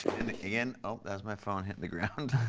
again oh that's my phone hitting the ground.